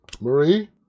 Marie